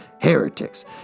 heretics